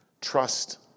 trust